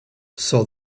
saw